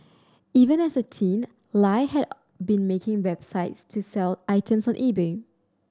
even as a teen Lie had been making websites to sell items on eBay